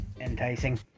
enticing